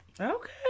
Okay